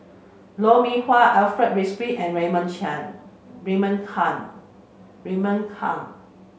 Lou Mee Wah Alfred Frisby and Raymond Raymond Kang Raymond Kang